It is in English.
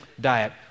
diet